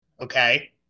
Okay